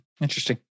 Interesting